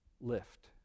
lift